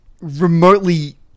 remotely